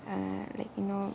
uh like you know